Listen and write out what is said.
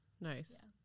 Nice